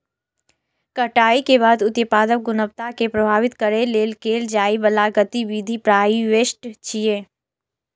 कटाइ के बाद उत्पादक गुणवत्ता कें प्रभावित करै लेल कैल जाइ बला गतिविधि प्रीहार्वेस्ट छियै